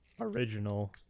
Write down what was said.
original